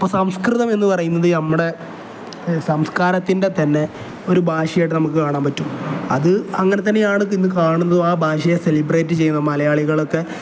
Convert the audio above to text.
ഇപ്പം സംസ്കൃതം എന്നു പറയുന്നത് നമ്മുടെ സംസ്കാരത്തിൻ്റെ തന്നെ ഒരു ഭാഷയായിട്ട് നമുക്ക് കാണാൻ പറ്റും അത് അങ്ങനെ തന്നെയാണ് ഇന്ന് കാണുന്നു ആ ഭാഷയെ സെലിബ്രേറ്റ് ചെയ്യുന്ന മലയാളികളൊക്കെ